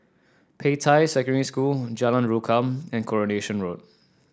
Peicai Secondary School Jalan Rukam and Coronation Road